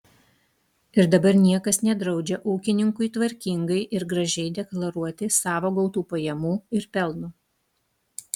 ir dabar niekas nedraudžia ūkininkui tvarkingai ir gražiai deklaruoti savo gautų pajamų ir pelno